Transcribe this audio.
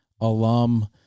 alum